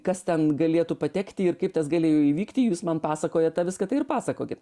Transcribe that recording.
kas ten galėtų patekti ir kaip tas galėjo įvykti jūs man pasakojat tą viską tai ir pasakokit